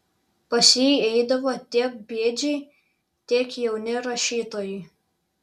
pas jį eidavo tiek bėdžiai tiek jauni rašytojai